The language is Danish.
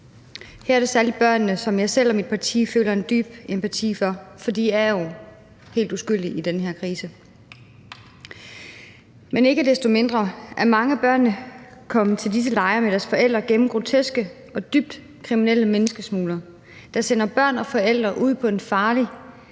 Her er det særlig børnene, som jeg selv og mit parti føler en dyb empati for, for de er jo helt uskyldige i den her krise. Men ikke desto mindre er mange børn kommet til disse lejre med deres forældre via groteske og dybt kriminelle menneskesmuglere, der sender børn og forældre ud på en farlig